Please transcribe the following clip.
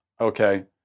Okay